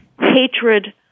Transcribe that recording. hatred